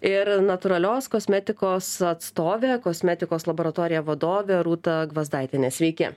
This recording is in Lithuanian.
ir natūralios kosmetikos atstovė kosmetikos laboratorija vadovė rūta gvazdaitienė sveiki